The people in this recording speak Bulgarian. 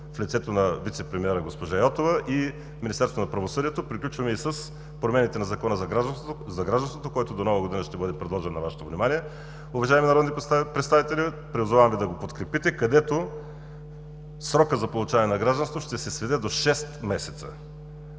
в лицето на вицепремиера госпожа Йотова, и Министерство на правосъдието. Приключваме и с промените на Закона за гражданството, който до Нова година ще бъде предложен на Вашето внимание. Уважаеми народни представители, призовавам Ви да го подкрепите, където срокът за получаване на гражданство ще се сведе до шест месеца!